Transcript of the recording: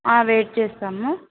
wait చేస్తాము